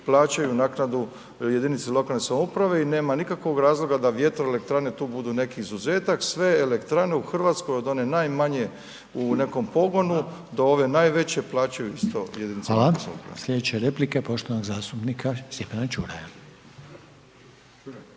plaćaju naknadu jedinici lokalne samouprave i nema nikakvog razloga da vjetroelektrane tu budu neki izuzetak, sve elektrane u Hrvatskoj od one najmanje u nekom pogodu, do ove najveću plaćaju 100 jedinica .../Upadica: Hvala./... .../Govornik se ne